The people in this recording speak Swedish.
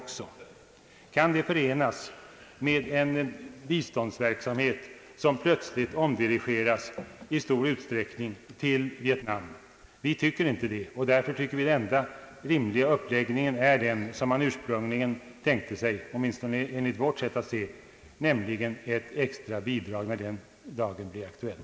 Kan detta förenas med en biståndsverksamhet som plötsligt omdirigeras i stor utsträckning till Vietnam? Vi tycker inte det. Därför anser vi att den enda rimliga uppläggningen är den som man ursprungligen tänkt sig, åtminstone enligt vårt sätt att se, nämligen ett extra bidrag när den dagen blir aktuell.